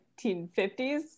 1950s